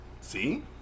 See